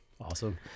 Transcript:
Awesome